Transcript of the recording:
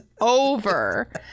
over